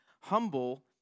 humble